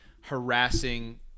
harassing